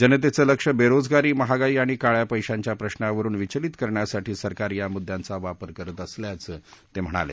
जनतेच लक्ष बेरोजगारी महागाई आणि काळ्या पैशांच्या प्रश्नांवरून लक्ष विचलित करण्यासाठी सरकार या मुद्यांचा वापर करत असल्याचं ते म्हणाले